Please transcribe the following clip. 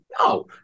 No